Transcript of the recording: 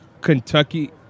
Kentucky